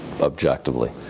objectively